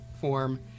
form